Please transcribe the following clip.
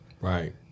Right